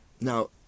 Now